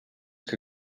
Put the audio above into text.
que